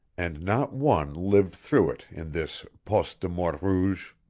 and not one lived through it in this poste de mort rouge.